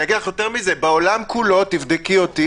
ויותר מזה בעולם כולו תבדקי אותי